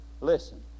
Listen